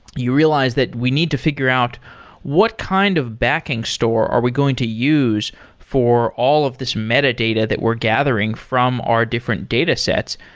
you realize that we need to figure out what kind of backing store are we going to use for all of this metadata that we're gathering from our different datasets.